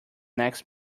next